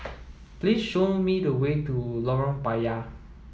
please show me the way to Lorong Payah